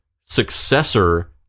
successor